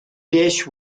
dish